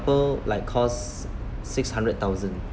like costs six hundred thousand